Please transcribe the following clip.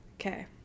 Okay